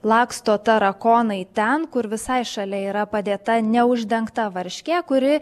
laksto tarakonai ten kur visai šalia yra padėta neuždengta varškė kuri